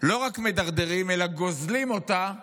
לא רק מדרדרים את היהדות אלא גוזלים אותה